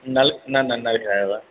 न न न लिखायोव